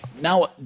Now